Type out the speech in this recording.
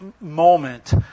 moment